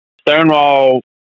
Stonewall